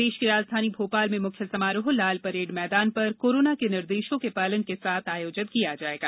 प्रदेश की राजधानी भोपाल में मुख्य समारोह लालपरेड मैदान पर कोरोना के निर्देशों के पालन के साथ आयोजित किया जायेगा